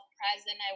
present